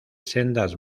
sendas